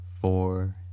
four